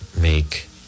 make